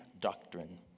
doctrine